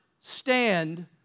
stand